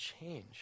change